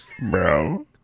bro